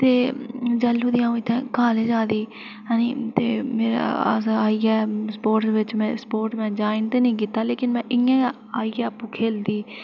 ते जैलूं दी अं'ऊ इत्थें कॉलेज आई दी ऐ नी अस आइयै स्पोर्टस बिच ज्वाईन निं कीता लेकिन में इं'या गै आइयै आपूं खेढदी